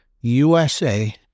USA